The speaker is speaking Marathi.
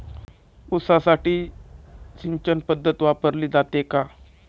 ऊसासाठी सिंचन पद्धत वापरली जाते का?